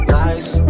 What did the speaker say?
nice